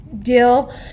deal